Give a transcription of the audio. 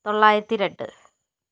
തൊള്ളായിരത്തി രണ്ട്